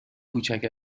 کوچک